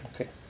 Okay